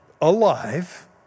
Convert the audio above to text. alive